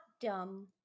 dumb